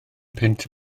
punt